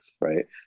right